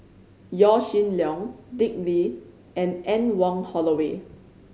Yaw Shin Leong Dick Lee and Anne Wong Holloway